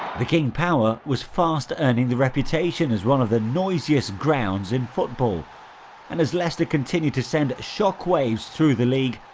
the king power was fast earning the reputation as one of the noisiest grounds in football and as leicester continued to send shockwaves through the league,